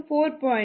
23 4